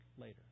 later